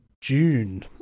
June